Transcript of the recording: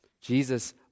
Jesus